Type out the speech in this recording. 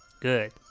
Good